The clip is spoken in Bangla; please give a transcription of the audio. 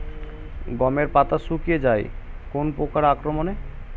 গমের পাতা শুকিয়ে যায় কোন পোকার আক্রমনে?